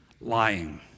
lying